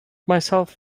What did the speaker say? myself